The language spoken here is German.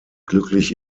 glücklich